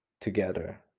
together